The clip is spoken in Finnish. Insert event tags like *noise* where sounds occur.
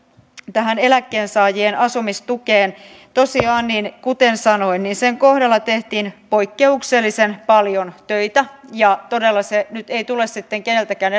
tähän eläkkeensaajien asumistukeen tosiaan kuten sanoin sen kohdalla tehtiin poikkeuksellisen paljon töitä ja todella se ei tule keneltäkään *unintelligible*